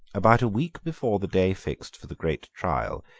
about a week before the day fixed for the great trial,